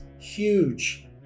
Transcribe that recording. huge